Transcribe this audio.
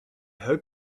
hope